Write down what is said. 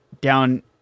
down